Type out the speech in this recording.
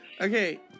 Okay